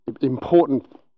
important